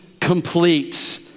complete